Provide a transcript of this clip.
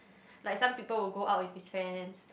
like some people will go out with his friends